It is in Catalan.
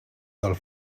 del